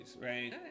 right